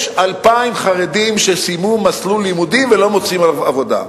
יש 2,000 חרדים שסיימו מסלול לימודים ולא מוצאים עבודה.